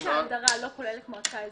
ככל שההגדרה לא כוללת מועצה אזורית,